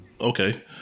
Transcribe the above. Okay